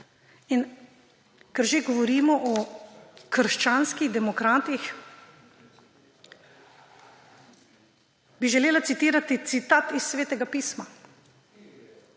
Ker že govorimo o Krščanskih demokratih, bi želela citirati citat iz svetega pisma,